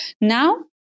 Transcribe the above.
Now